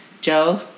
Joe